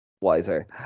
Wiser